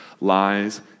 lies